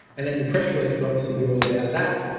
and then your press release could obviously be all about that.